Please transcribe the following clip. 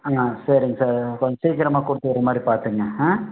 ஆ சரிங்க சார் கொஞ்சம் சீக்கிரமா கொடுத்து விட்ற மாதிரி பார்த்துக்குங்க ஆ